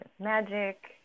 magic